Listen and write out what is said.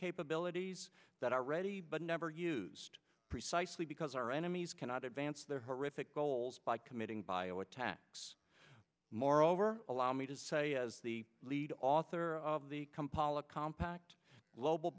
capabilities that are ready but never used precisely because our enemies cannot advance their horrific goals by committing bio attacks moreover allow me to say as the lead author of the kampala compact global